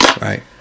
right